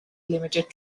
limited